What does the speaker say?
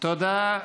תודה.